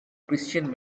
christian